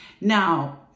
Now